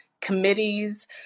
committees